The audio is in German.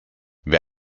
wer